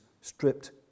stripped